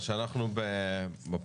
אפרת רייטן,